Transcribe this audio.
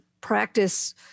practice